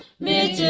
make